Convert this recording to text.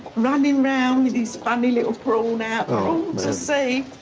running round with his funny little prawn out for all to see.